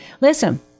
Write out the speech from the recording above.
Listen